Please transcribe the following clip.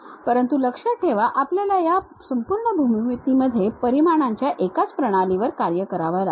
परंतु लक्षात ठेवा आपल्याला या संपूर्ण भूमितीमध्ये परिमाणांच्या एकाच प्रणालीवर कार्य करावे लागेल